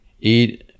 eat